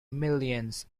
millions